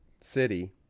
City